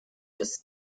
ist